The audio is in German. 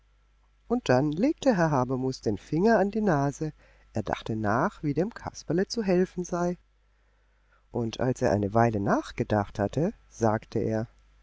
und dann legte herr habermus den finger an die nase er dachte nach wie dem kasperle zu helfen sei und als er eine weile nachgedacht hatte sagte er